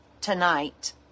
tonight